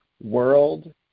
world